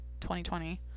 2020